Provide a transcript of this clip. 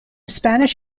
spanish